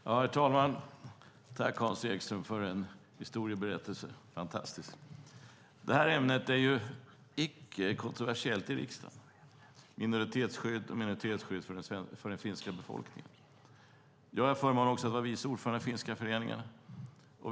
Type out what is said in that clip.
Herr talman! Tack, Hans Ekström, för en fantastisk historiebeskrivning! Det här ämnet är icke kontroversiellt i riksdagen - minoritetsskydd och minoritetsskydd för den finska befolkningen. Jag har förmånen att vara vice ordförande i Svensk-finska föreningen.